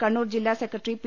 കണ്ണൂർ ജില്ലാ secretary P